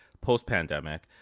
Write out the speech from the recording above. post-pandemic